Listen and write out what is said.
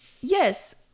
Yes